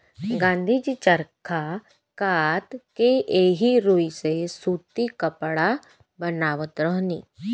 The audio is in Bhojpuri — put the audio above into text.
गाँधी जी चरखा कात के एही रुई से सूती कपड़ा बनावत रहनी